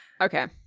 okay